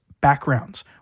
backgrounds